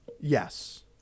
Yes